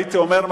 הייתי אומר,